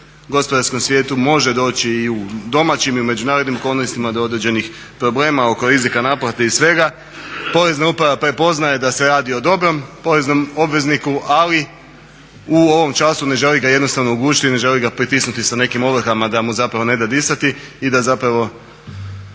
gospodarskom svijetu. Može doći i u domaćim i u međunarodnim okolnostima do određenih problema oko rizika naplate i svega. Porezna uprava prepoznaje da se radi o dobrom poreznom obvezniku, ali u ovom času ne želi ga jednostavno ugušiti, ne želi ga pritisnuti sa nekim ovrhama da mu zapravo ne da disati i da zapravo